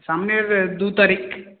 সামনের দু তারিখ